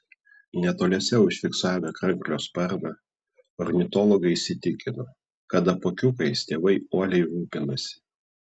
netoliese užfiksavę kranklio sparną ornitologai įsitikino kad apuokiukais tėvai uoliai rūpinasi